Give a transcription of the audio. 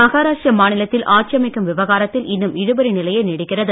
மகாராஷ்டிர மாநிலத்தில் ஆட்சி அமைக்கும் விவகாரத்தில் இன்னும் இழுபறி நிலையே நீடிக்கிறது